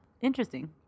Interesting